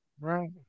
Right